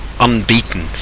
unbeaten